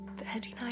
39